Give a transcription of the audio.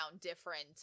different